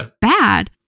bad